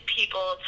people